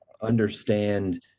understand